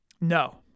No